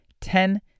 ten